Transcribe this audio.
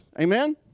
Amen